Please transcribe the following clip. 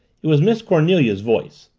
it was miss cornelia's voice.